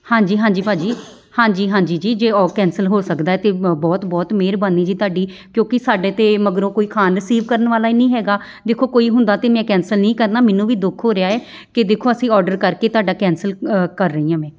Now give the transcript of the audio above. ਹਾਂਜੀ ਹਾਂਜੀ ਭਾਅ ਜੀ ਹਾਂਜੀ ਹਾਂਜੀ ਜੀ ਜੇ ਉਹ ਕੈਂਸਲ ਹੋ ਸਕਦਾ ਤਾਂ ਬਹੁਤ ਬਹੁਤ ਮਿਹਰਬਾਨੀ ਜੀ ਤੁਹਾਡੀ ਕਿਉਂਕਿ ਸਾਡੇ ਤਾਂ ਮਗਰੋਂ ਕੋਈ ਖਾਣ ਰਿਸੀਵ ਕਰਨ ਵਾਲਾ ਹੀ ਨਹੀਂ ਹੈਗਾ ਦੇਖੋ ਕੋਈ ਹੁੰਦਾ ਤਾਂ ਮੈਂ ਕੈਂਸਲ ਨਹੀਂ ਕਰਨਾ ਮੈਨੂੰ ਵੀ ਦੁੱਖ ਹੋ ਰਿਹਾ ਹੈ ਕਿ ਦੇਖੋ ਅਸੀਂ ਔਡਰ ਕਰਕੇ ਤੁਹਾਡਾ ਕੈਂਸਲ ਕਰ ਰਹੀ ਹਾਂ ਮੈਂ